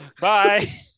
Bye